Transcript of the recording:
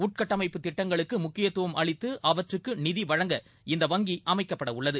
உள்கட்டமைப்பு திட்டங்களுக்கு முக்கியத்துவம் அளித்து அவற்றுக்கு நிதி வழங்க இந்த வங்கி அமைக்கப்படவுள்ளது